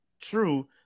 true